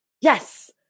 Yes